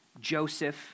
Joseph